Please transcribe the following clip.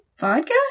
Vodka